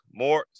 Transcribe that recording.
more